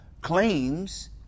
claims